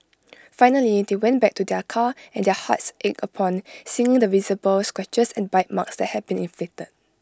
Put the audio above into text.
finally they went back to their car and their hearts ached upon seeing the visible scratches and bite marks that had been inflicted